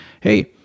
Hey